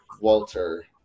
Walter